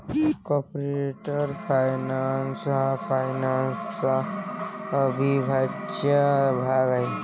corporate finance हा फायनान्सचा अविभाज्य भाग आहे